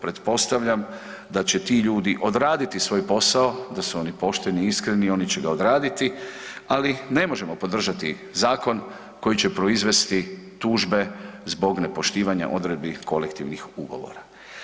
Pretpostavljam da će ti ljudi odraditi svoj posao, da su oni pošteni i iskreni i oni će ga odraditi, ali ne možemo podržati zakon koji će proizvesti tužbe zbog nepoštivanja odredbi kolektivnih ugovora.